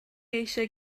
eisiau